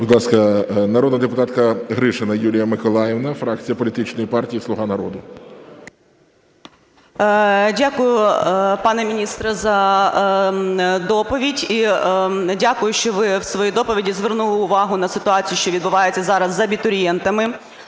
Будь ласка, народна депутатка Гришина Юлія Миколаївна, фракція політичної партії "Слуга народу". 10:28:15 ГРИШИНА Ю.М. Дякую, пане міністре, за доповідь. І дякую, що ви в своїй доповіді звернули увагу на ситуацію, що відбувається зараз з абітурієнтами.